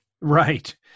Right